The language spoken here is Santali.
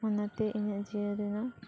ᱚᱱᱟ ᱛᱮ ᱤᱧᱟᱹᱜ ᱡᱤᱭᱚᱱ ᱨᱮᱱᱟᱜ